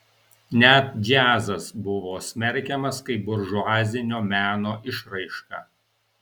net džiazas buvo smerkiamas kaip buržuazinio meno išraiška